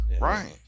Right